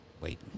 Wait